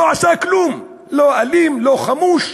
לא עשה כלום, לא אלים, לא חמוש,